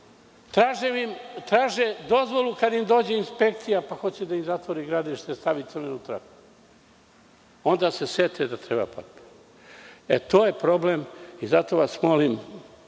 Traže dozvolu kada im dođe inspekcija pa hoće da im zatvori gradilište i da im stavi crvenu traku. Onda se sete da treba papir. To je problem i zato vas molim